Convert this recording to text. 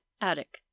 Attic